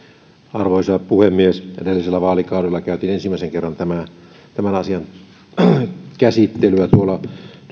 arvoisa puhemies edellisellä vaalikaudella käytiin ensimmäisen kerran tämän asian käsittelyä tuolla työelämä